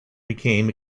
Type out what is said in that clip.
became